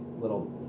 little